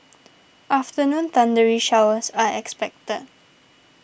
afternoon thundery showers are expected